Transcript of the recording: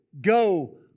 Go